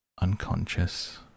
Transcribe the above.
unconscious